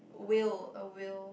whale a whale